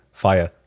fire